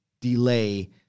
delay